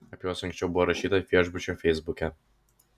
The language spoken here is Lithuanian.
apie juos anksčiau buvo rašyta viešbučio feisbuke